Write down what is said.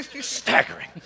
staggering